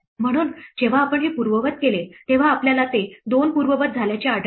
म्हणून जेव्हा आपण हे पूर्ववत केले तेव्हा आपल्याला ते दोन पूर्ववत झाल्याचे आढळेल